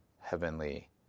heavenly